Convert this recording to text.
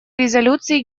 резолюции